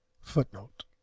Footnote